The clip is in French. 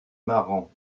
marrant